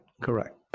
Correct